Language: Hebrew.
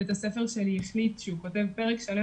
בית הספר שלי החליט שהוא כותב פרק שלם